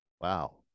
wow